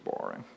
boring